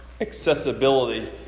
accessibility